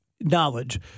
knowledge